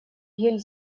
гель